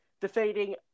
defeating